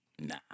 Nah